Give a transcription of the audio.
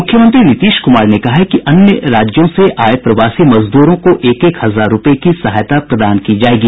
मुख्यमंत्री नीतीश कुमार ने कहा है कि अन्य राज्यों से आये प्रवासी मजदूरों को एक एक हजार रूपये की सहायता प्रदान की जायेगी